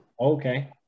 okay